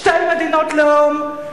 שתי מדינות לאום,